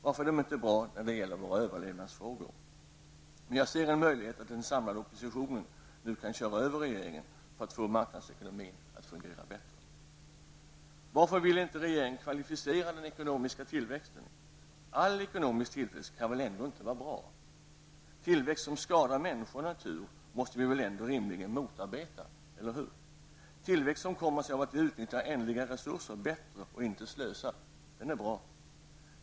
Varför är de inte bra när det gäller våra överlevnadsfrågor? Jag ser en möjlighet för den samlade oppositionen att nu köra över regeringen för att få marknadsekonomin att fungera bättre. Varför vill inte regeringen kvalificera den ekonomiska tillväxten? All ekonomisk tillväxt kan väl ändå inte vara bra? Tillväxt som skadar människor och natur måste vi väl ändå rimligen motarbeta, eller hur? Tillväxt som kommer sig av att vi utnyttjar ändliga resurser bättre, och inte slösar, är bra.